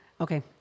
Okay